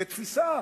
כתפיסה.